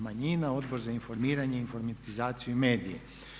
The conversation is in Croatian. manjina, Odbor za informiranje, informatizaciju medija.